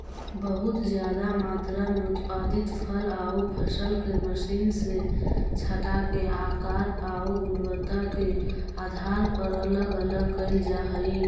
बहुत ज्यादा मात्रा में उत्पादित फल आउ फसल के मशीन से छाँटके आकार आउ गुणवत्ता के आधार पर अलग अलग कैल जा हई